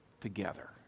together